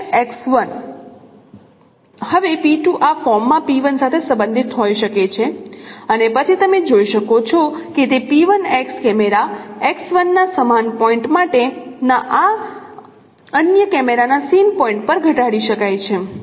હવે આ ફોર્મમાં સાથે સંબંધિત હોઈ શકે છે અને પછી તમે જોઈ શકો છો તે કેમેરા ના સમાન પોઇન્ટ માટેના આ અન્ય કેમેરાના સીન પોઇન્ટ પર ઘટાડી શકાય છે